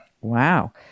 Wow